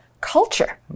Culture